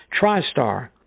TriStar